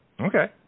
Okay